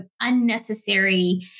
unnecessary